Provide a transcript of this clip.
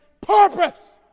purpose